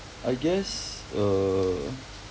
I guess err